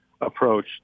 approach